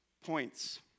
points